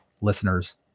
listeners